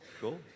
Cool